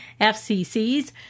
FCC's